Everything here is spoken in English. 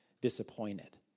Disappointed